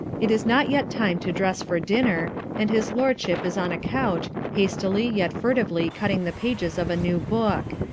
it is not yet time to dress for dinner, and his lordship is on a couch, hastily yet furtively cutting the pages of a new book.